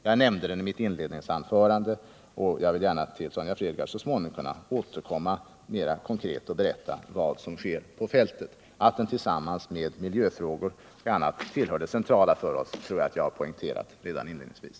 Jag nämnde den i mitt inledningsanförande, och jag vill gärna återkomma och mera konkret berätta vad som sker på fältet. Att den frågan tillsammans med miljöfrågor och annat tillhör det centrala för oss tror jag att jag poängterade redan inledningsvis.